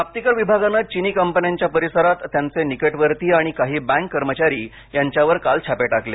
प्राप्तीकर विभागाने चिनी कंपन्याच्या परिसरात त्यांचे निकटवर्तीय आणि काही बँक कर्मचारी यांच्यावर काल छापे टाकले